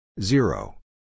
zero